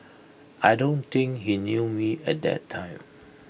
I don't think he knew me at that time